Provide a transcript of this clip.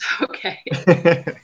Okay